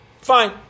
Fine